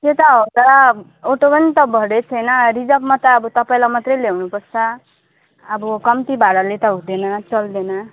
त्यो त हो तर अटो पनि त भरिएको छैन रिजर्वमा त अब तपाईँलाई मात्रै ल्याउनुपर्छ अब कम्ती भाडाले त हुँदैन चल्दैन